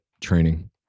training